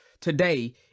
today